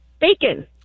Bacon